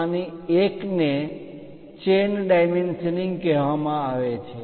તેમાંથી એક ને ચેન ડાયમેન્શનિંગ કહેવામાં આવે છે